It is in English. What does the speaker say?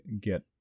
get